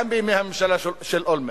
גם בימי הממשלה של אולמרט.